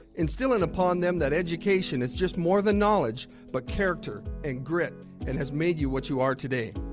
instilling upon them that education is just more than knowledge but character and grit and has made you what you are today.